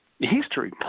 history